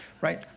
right